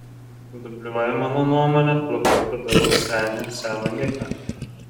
dubliuoja mano nuomone labai padoraus senio seną niką